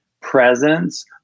presence